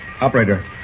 Operator